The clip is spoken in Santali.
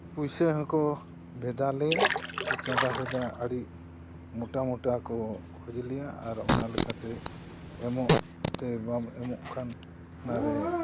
ᱯᱩᱭᱥᱟᱹ ᱦᱚᱸᱠᱚ ᱵᱷᱮᱫᱟ ᱞᱮᱭᱟ ᱥᱮ ᱪᱟᱸᱫᱟ ᱵᱷᱮᱫᱟ ᱟᱹᱰᱤ ᱢᱚᱴᱟ ᱢᱚᱴᱟ ᱠᱚ ᱠᱷᱚᱡ ᱞᱮᱭᱟ ᱟᱨ ᱚᱱᱟ ᱞᱮᱠᱟᱛᱮ ᱮᱢᱚᱜ ᱛᱮ ᱵᱟᱢ ᱮᱢᱚᱜ ᱠᱷᱟᱱ ᱚᱱᱟ ᱨᱮ